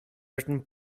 written